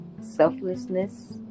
selflessness